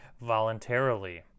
voluntarily